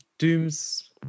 Doom's